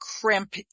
crimp